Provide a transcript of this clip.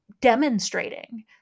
demonstrating